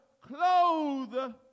clothe